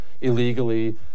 illegally